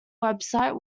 website